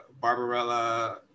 barbarella